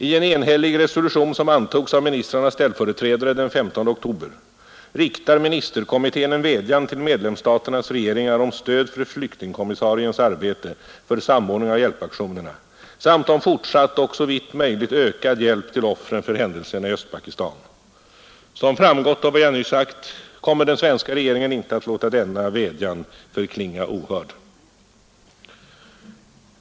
I en enhällig resolution som antogs av ministrarnas ställföreträdare den 18 oktober, riktar ministerkommittén en vädjan till medlemsstaternas regeringar om stöd för flyktingkommissariens arbete för samordning av hjälpaktionerna samt om fortsatt och såvitt möjligt ökad hjälp till offren för händelserna i Östpakistan. Såsom framgått av vad jag nyss sagt kommer den svenska regeringen inte att låta denna vädjan förklinga ohörd.